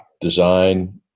design